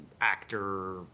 actor